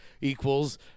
equals